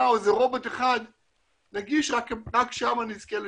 או איזה רובוט אחד נגיש ורק שם נזכה לשירותים.